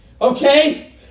Okay